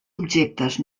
objectes